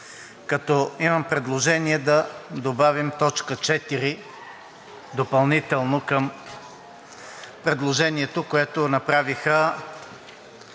като имам предложение да добавим т. 4 допълнително към предложението, което направиха